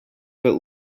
but